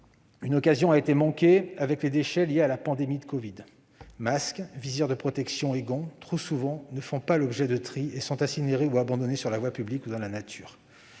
une occasion a été manquée avec les déchets liés à la pandémie de covid-19 : masques, visières de protection et gants, trop souvent, ne font pas l'objet de tri et sont incinérés ou abandonnés sur la voie publique ou dans la nature.